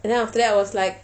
and then after that I was like